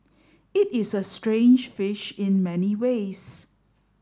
it is a strange fish in many ways